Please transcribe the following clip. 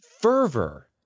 fervor